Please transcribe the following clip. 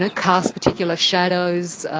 ah cast particular shadows,